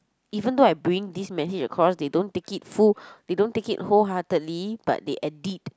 even though I bring this message across they don't take it full they don't take it wholeheartedly but they edit